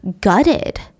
gutted